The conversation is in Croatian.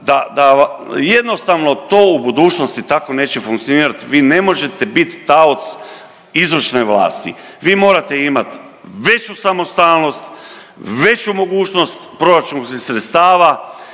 da jednostavno to u budućnosti tako neće funkcionirati. Vi ne možete bit taoc izvršne vlasti. Vi morate imati veću samostalnost, veću mogućnost proračunskih sredstava